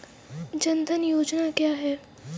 जनधन योजना क्या है?